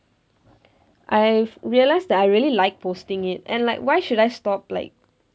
I've realised that I really liked posting it and like why should I stop like